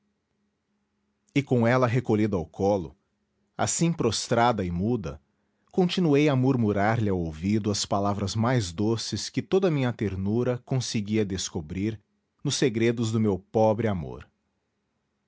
e com ela recolhida ao colo assim prostrada e muda continuei a murmurar lhe ao ouvido as palavras mais doces que toda a minha ternura conseguia descobrir nos segredos do meu pobre amor